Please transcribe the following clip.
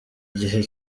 gihe